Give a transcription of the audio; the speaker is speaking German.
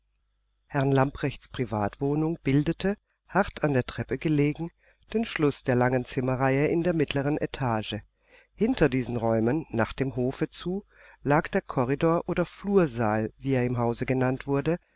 herrn lamprechts privatwohnung bildete hart an der treppe gelegen den schluß der langen zimmerreihe in der mittleren etage hinter diesen räumen nach dem hofe zu lag der korridor oder flursaal wie er im hause genannt wurde